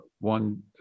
one